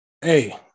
hey